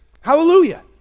Hallelujah